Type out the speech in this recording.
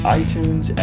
iTunes